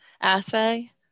assay